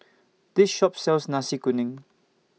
This Shop sells Nasi Kuning